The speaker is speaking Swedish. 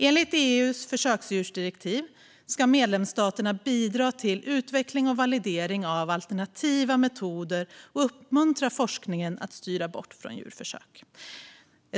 Enligt EU:s försöksdjursdirektiv ska medlemsstaterna bidra till utveckling och validering av alternativa metoder och uppmuntra forskningen att styra bort från djurförsök.